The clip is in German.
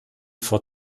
vor